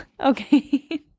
Okay